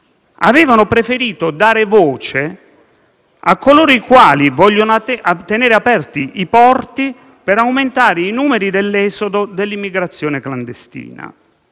avevano preferito dare voce a coloro che vogliono tenere aperti i porti per aumentare i numeri dell'esodo dell'immigrazione clandestina.